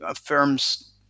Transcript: firms